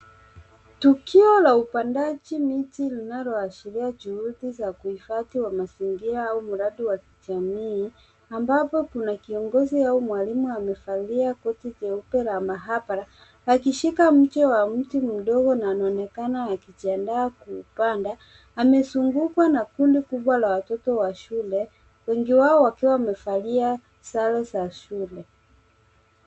Tukio la upandaji miti linaloashiria juhudi za kuhifadhi wa mazingira au mradi wa jamii ambapo kuna kiongozi wao mwalimu amevalia koti jeupe la maabara akishika ncha wa mti mdogo na anaonekana akijiandaa kuupanda, amezungukwa na kundi la watoto wa shule wengi wao wakiwa wamevalia sare za shule.